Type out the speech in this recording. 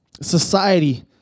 Society